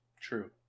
true